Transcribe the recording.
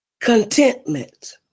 contentment